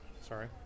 Sorry